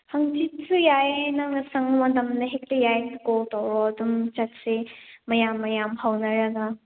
ꯍꯪꯆꯤꯠꯁꯨ ꯌꯥꯏꯌꯦ ꯅꯪꯅ ꯁꯪꯕ ꯃꯇꯝꯗ ꯍꯦꯛꯇ ꯌꯥꯏꯌꯦ ꯀꯣꯜ ꯇꯧꯔꯛꯑꯣ ꯑꯗꯨꯝ ꯆꯠꯁꯦ ꯃꯌꯥꯝ ꯃꯌꯥꯝ ꯍꯧꯅꯔꯒ